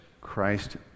Christ